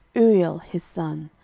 uriel his son,